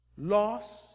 loss